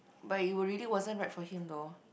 but you were really wasn't right for him though